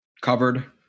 Covered